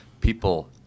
people